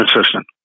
assistant